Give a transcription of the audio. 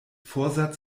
vorsatz